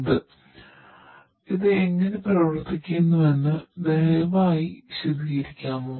mister പട്ടേൽഇത് എങ്ങനെ പ്രവർത്തിക്കുന്നുവെന്ന് ദയവായി വിശദീകരിക്കാമോ